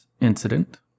incident